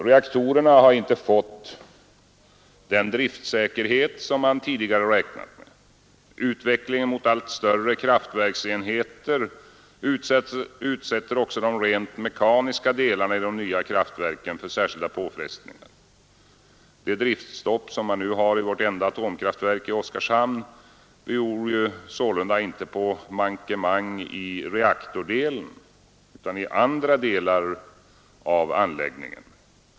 Reaktorerna har inte fått den driftsäkerhet man tidigare räknat med. Utvecklingen mot allt större kraftverksenheter utsätter också de rent mekaniska delarna i de nya kraftverken för särskilda påfrestningar. Det driftstopp som man nu har i vårt enda atomkraftverk i Oskarshamn beror sålunda inte på mankemang i reaktordelen utan i andra delar av anläggningen.